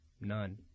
None